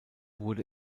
wurde